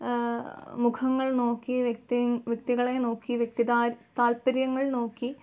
മുഖങ്ങൾ നോക്കി വ്യക്തികളെ നോക്കി താൽപ്പര്യങ്ങൾ നോക്കി